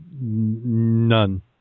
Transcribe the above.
None